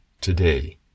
today